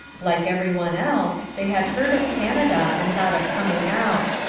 like everyone else they had heard of canada and thought of coming out.